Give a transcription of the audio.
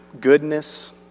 goodness